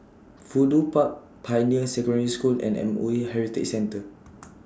Fudu Park Pioneer Secondary School and M O E Heritage Centre